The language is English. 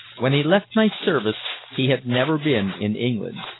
when he left my service he had never been in england.